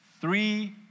Three